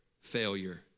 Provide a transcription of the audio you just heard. failure